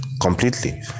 completely